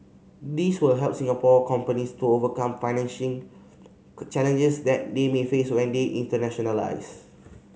these will help Singapore companies to overcome financing challenges that they may face when they internationalise